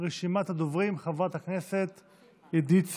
רשימת הדוברים חברת הכנסת עידית סילמן.